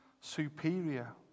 superior